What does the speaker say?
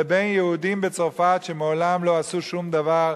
לבין יהודים בצרפת שמעולם לא עשו שום דבר: